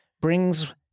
brings